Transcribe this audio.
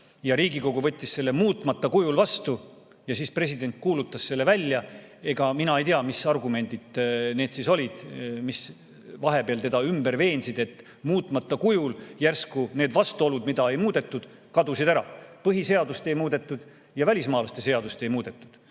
ja Riigikogu võttis selle muutmata kujul vastu – ja siis president kuulutas selle välja. Ega mina ei tea, mis argumendid need olid, mis vahepeal teda ümber veensid, et muutmata kujul järsku need vastuolud, mida ei muudetud, kadusid ära. Põhiseadust ei muudetud ja välismaalaste seadust ei muudetud,